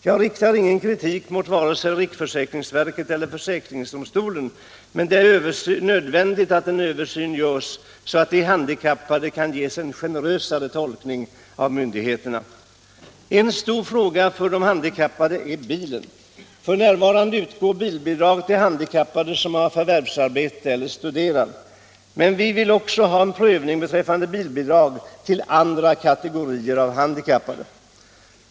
Jag riktar ingen kritik mot vare sig riksförsäkringsverket eller försäkringsdomstolen, men det är nödvändigt att en översyn görs så att reglerna för de handikappade kan ges en generösare tolkning av myndigheterna. En stor fråga för de handikappade är bilen. F.n. utgår bilbidrag till handikappade som har förvärvsarbete eller studerar, men vi vill också ha en prövning av frågan om bilbidrag till andra kategorier av handikappade.